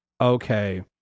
okay